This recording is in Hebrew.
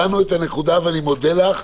אני מודה לך,